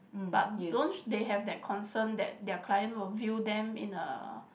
but don't they have that concern that their client will view them in a